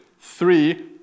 three